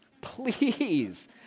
please